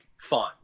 fun